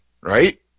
right